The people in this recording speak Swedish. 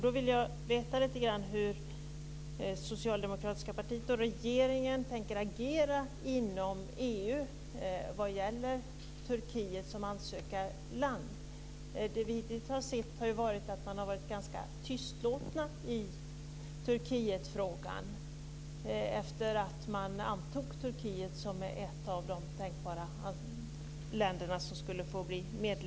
Då vill jag veta lite grann hur det socialdemokratiska partiet och regeringen tänker agera inom EU när det gäller Turkiet som ansökarland. Det som vi har sett är att man har varit ganska tystlåten i Turkietfrågan efter att Turkiet antogs som ett tänkbart medlemsland i EU.